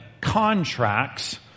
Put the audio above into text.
contracts